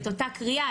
את אותה קריאה,